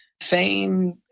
fame